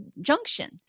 junction